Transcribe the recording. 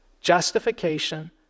justification